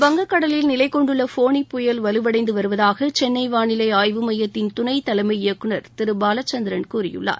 வங்கக் கடலில் நிலைகொண்டுள்ள ஃபோனி புயல் வலுவடைந்து வருவதாக சென்னை வானிலை ஆய்வு மையத்தின் துணைத் தலைமை இயக்குநர் திரு பாலச்சந்திரன் கூறியுள்ளார்